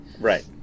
Right